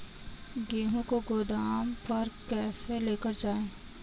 गेहूँ को गोदाम पर कैसे लेकर जाएँ?